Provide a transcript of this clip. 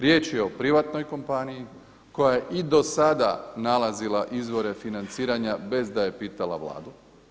Riječ je o privatnoj kompaniji koja je i do sada nalazila izvore financiranja bez da je pitala Vladu.